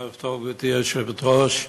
ערב טוב, גברתי היושבת-ראש,